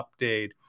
update